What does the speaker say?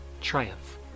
triumph